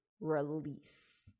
release